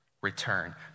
return